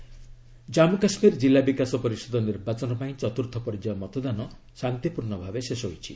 ଡିଡିସିବିଟିସି polling Jammu Kashmir ଜିଲ୍ଲା ବିକାଶ ପରିଷଦ ନିର୍ବାଚନ ପାଇଁ ଚତୁର୍ଥ ପର୍ଯ୍ୟାୟ ମତଦାନ ଶାନ୍ତିପୂର୍ଣ୍ଣ ଭାବେ ଶେଷ ହୋଇଛି